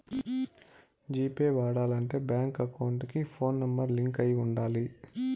G pay వాడాలంటే bank account కి phone number link అయి ఉండాలి